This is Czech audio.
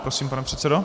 Prosím, pane předsedo.